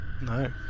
No